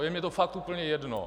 Je mi to fakt úplně jedno!